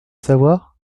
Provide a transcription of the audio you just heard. savoir